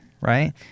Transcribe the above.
right